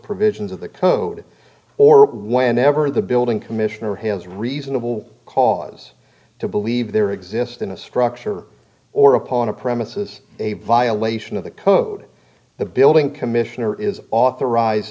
provisions of the code or whenever the building commissioner has reasonable cause to believe there exists in a structure or upon a premises a violation of the code the building commissioner is authorized